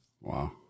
wow